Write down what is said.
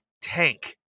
tank